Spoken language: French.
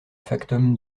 factum